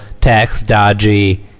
tax-dodgy